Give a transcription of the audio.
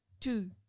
Two